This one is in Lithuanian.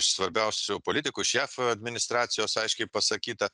svarbiausių politikų iš jav administracijos aiškiai pasakyta